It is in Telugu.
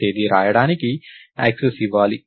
తేదీ వ్రాయడానికి యాక్సెస్ ఇవ్వాలి